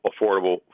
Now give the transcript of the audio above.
affordable